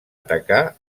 atacar